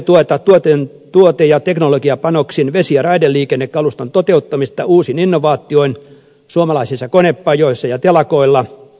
tulee tukea tuote ja teknologiapanoksin vesi ja raideliikennekaluston toteuttamista uusin innovaatioin suomalaisissa konepajoissa ja telakoilla